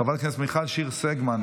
חברת הכנסת מיכל שיר סגמן,